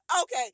Okay